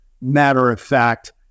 matter-of-fact